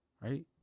right